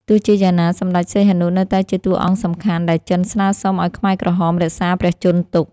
ទោះជាយ៉ាងណា សម្តេចសីហនុនៅតែជាតួអង្គសំខាន់ដែលចិនស្នើសុំឱ្យខ្មែរក្រហមរក្សាព្រះជន្មទុក។